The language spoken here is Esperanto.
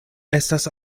estas